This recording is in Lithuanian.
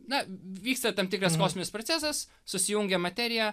na vyksta tam tikras kosminis procesas susijungia materija